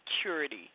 security